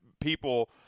people